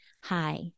Hi